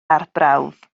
arbrawf